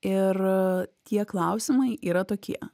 ir tie klausimai yra tokie